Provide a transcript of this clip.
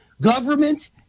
government